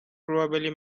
probably